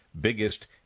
biggest